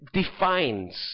defines